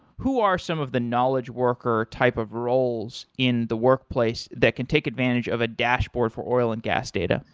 who are some of the knowledge worker type of roles in the workplace that can take advantage of a dashboard for oil and gas data?